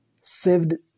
saved